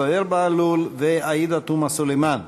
זוהיר בהלול ועאידה תומא סלימאן.